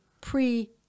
pre